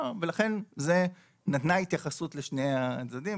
לכן נתנה התייחסות לשני הצדדים.